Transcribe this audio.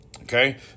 Okay